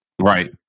Right